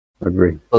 agree